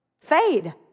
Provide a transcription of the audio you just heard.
fade